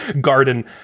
garden